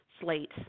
slate